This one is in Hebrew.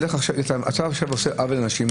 אתה עושה עכשיו עוול לאנשים,